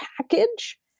package